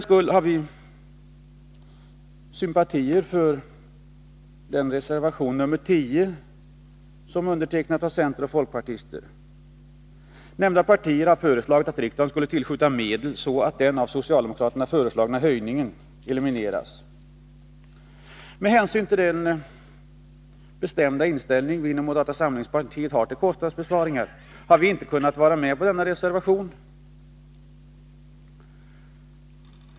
Vi har sympatier för reservation nr 10, som är avgiven av utskottsledamöter från centern och folkpartiet. Nämnda partier har föreslagit att riksdagen skall tillskjuta medel, så att den av socialdemokraterna föreslagna höjningen elimineras. Med hänsyn till den bestämda inställning vi inom moderata samlingspartiet har till kostnadsbesparingar har vi inte kunnat vara med på denna reservation.